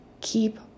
keep